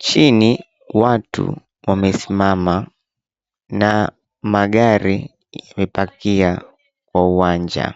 chini watu wamesimama na magari yamepakia kwa uwanja.